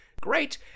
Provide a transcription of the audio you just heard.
Great